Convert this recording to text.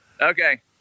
Okay